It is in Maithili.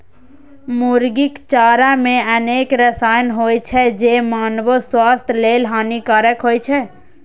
मुर्गीक चारा मे अनेक रसायन होइ छै, जे मानवो स्वास्थ्य लेल हानिकारक होइ छै